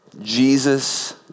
Jesus